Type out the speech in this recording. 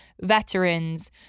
veterans